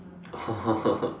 oh